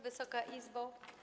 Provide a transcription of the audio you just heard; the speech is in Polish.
Wysoka Izbo!